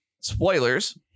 Spoilers